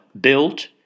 built